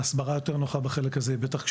ההסברה היותר נוחה בחלק הזה היא בטח כשמתגייסים.